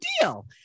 deal